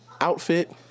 outfit